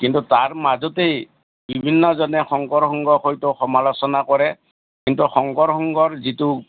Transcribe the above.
কিন্তু তাৰ মাজতেই বিভিন্নজনে শংকৰ সংঘক হয়তো সমালোচনা কৰে কিন্তু শংকৰ সংঘৰ যিটো